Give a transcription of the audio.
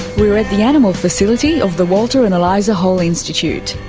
we're at the animal facility of the walter and eliza hall institute.